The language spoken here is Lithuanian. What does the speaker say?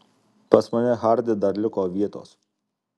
pas mane harde dar liko vietos